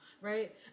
Right